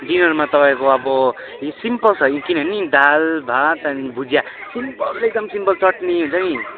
डिनरमा तपाईँको अब सिम्पल छ नि किनभने दाल भात भुजिया सिम्पल एकदम सिम्पल चट्नी हुन्छ नि